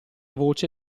voce